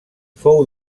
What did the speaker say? fou